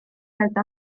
alta